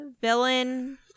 villain